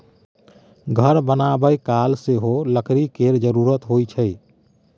घर बनाबय काल सेहो लकड़ी केर जरुरत होइ छै